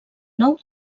nou